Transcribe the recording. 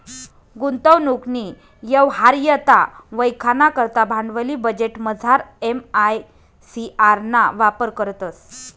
गुंतवणूकनी यवहार्यता वयखाना करता भांडवली बजेटमझार एम.आय.सी.आर ना वापर करतंस